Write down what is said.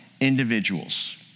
individuals